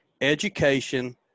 education